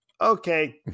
Okay